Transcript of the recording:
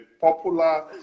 popular